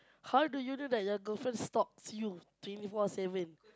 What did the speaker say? how do you know that your girlfriend stalks you twenty four seven